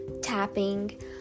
tapping